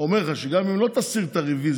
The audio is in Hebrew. אומר לך שגם אם לא תסיר את הרווזיה,